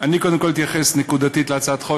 אני קודם כול אתייחס נקודתית להצעת החוק,